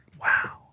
Wow